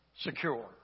secure